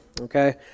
okay